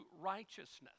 righteousness